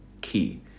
key